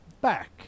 back